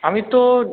আমি তো